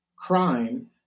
crime